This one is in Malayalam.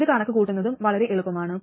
ഇത് കണക്കുകൂട്ടുന്നതും വളരെ എളുപ്പമാണ്